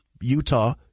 Utah